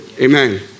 amen